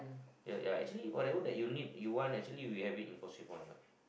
ya ya actually whatever that you need you want actually we have it in Causeway-Point